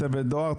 צוות דואר,